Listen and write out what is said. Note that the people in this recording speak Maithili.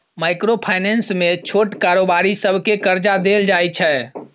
माइक्रो फाइनेंस मे छोट कारोबारी सबकेँ करजा देल जाइ छै